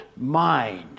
mind